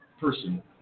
person